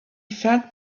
felt